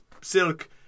silk